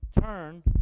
Turn